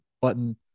button